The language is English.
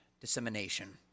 dissemination